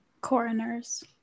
Coroners